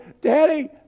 Daddy